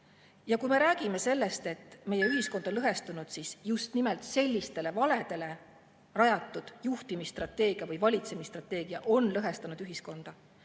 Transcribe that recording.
Ja kui me räägime sellest, et meie ühiskond on lõhestunud, siis just nimelt sellistele valedele rajatud juhtimisstrateegia või valitsemisstrateegia on lõhestanud ühiskonda.